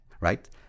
right